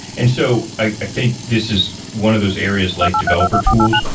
and so i think this is one of those areas like developer tools,